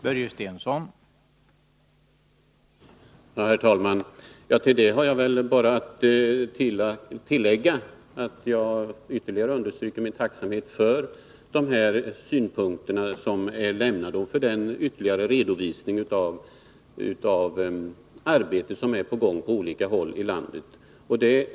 Herr talman! Till detta har jag bara att säga att jag ytterligare vill understryka min tacksamhet för de synpunkter som lämnats och för redovisningen av det arbete som pågår på olika håll i landet.